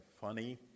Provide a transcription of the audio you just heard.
funny